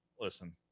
listen